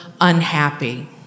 unhappy